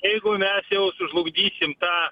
jeigu mes jau sužlugdysim tą